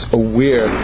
aware